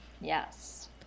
Yes